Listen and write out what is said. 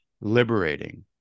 liberating